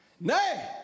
Nay